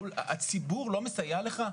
הציבור לא מסייע לך?